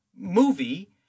movie